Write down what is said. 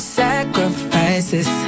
sacrifices